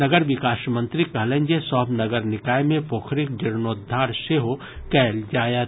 नगर विकास मंत्री कहलनि जे सभ नगर निकाय मे पोखरिक जीर्णोद्वार सेहो कयल जायत